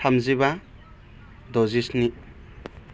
थामजिबा द'जिस्नि